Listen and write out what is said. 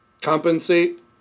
compensate